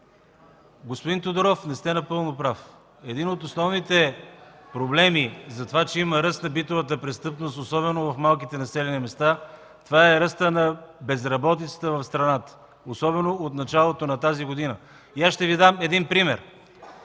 Господин Тодоров, не сте напълно прав. Един от основните проблеми, че има ръст на битовата престъпност, особено в малките населени места, това е ръстът на безработицата в страната особено от началото на тази година. Ще Ви дам един пример.